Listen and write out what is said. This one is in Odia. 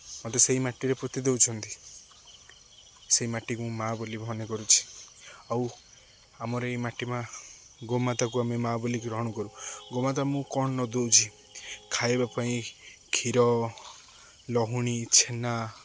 ମୋତେ ସେହି ମାଟିରେ ପୋତି ଦେଉଛନ୍ତି ସେହି ମାଟିକୁ ମୁଁ ମା' ବୋଲି ମନେକରୁଛି ଆଉ ଆମର ଏଇ ମାଟି ମା' ଗୋମାତାକୁ ଆମେ ମା' ବୋଲିି ଗ୍ରହଣ କରୁ ଗୋମାତା ମୁଁ କ'ଣ ନ ଦେଉଛି ଖାଇବା ପାଇଁ କ୍ଷୀର ଲହୁଣୀ ଛେନା